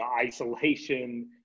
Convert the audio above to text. isolation